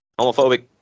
homophobic